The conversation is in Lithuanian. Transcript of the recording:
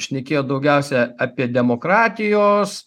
šnekėjo daugiausia apie demokratijos